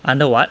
under what